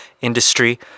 industry